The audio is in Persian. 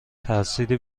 ترسیدی